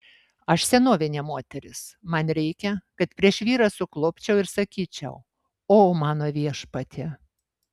aš senovinė moteris man reikia kad prieš vyrą suklupčiau ir sakyčiau o mano viešpatie